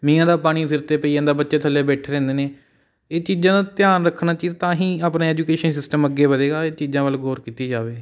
ਮੀਹਾਂ ਦਾ ਪਾਣੀ ਸਿਰ 'ਤੇ ਪਈ ਜਾਂਦਾ ਬੱਚੇ ਥੱਲੇ ਬੈਠੇ ਰਹਿੰਦੇ ਨੇ ਇਹ ਚੀਜ਼ਾਂ ਦਾ ਧਿਆਨ ਰੱਖਣਾ ਚਾਹੀਦਾ ਤਾਂ ਹੀ ਆਪਣਾ ਐਜੂਕੇਸ਼ਨ ਸਿਸਟਮ ਅੱਗੇ ਵਧੇਗਾ ਇਹ ਚੀਜ਼ਾਂ ਵੱਲ ਗੌਰ ਕੀਤੀ ਜਾਵੇ